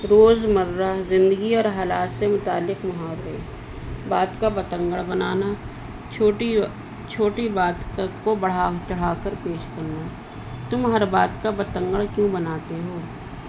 روز مرہ زندگی اور حالات سے متعلق محاورے بات کا بتنگڑ بنانا چھوٹی چھوٹی بات کا کو بڑھا چڑھا کر پیش کرنا تم ہر بات کا بتنگڑ کیوں بناتے ہو